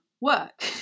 work